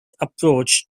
approach